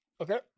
okay